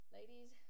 Ladies